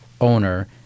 owner